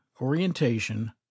Orientation